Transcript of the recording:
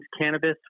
cannabis